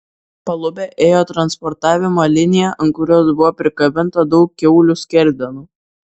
palube ėjo transportavimo linija ant kurios buvo prikabinta daug kiaulių skerdenų